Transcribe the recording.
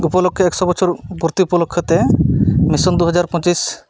ᱩᱯᱚᱞᱚᱠᱠᱷᱮ ᱮᱠᱥᱚ ᱵᱚᱪᱷᱚᱨ ᱯᱩᱨᱛᱤ ᱩᱯᱚᱞᱚᱠᱠᱷᱚᱛᱮ ᱢᱤᱥᱚᱱ ᱫᱩᱦᱟᱡᱟᱨ ᱯᱚᱸᱪᱤᱥ